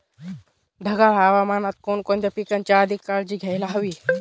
ढगाळ हवामानात कोणकोणत्या पिकांची अधिक काळजी घ्यायला हवी?